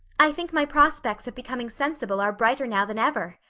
i think my prospects of becoming sensible are brighter now than ever.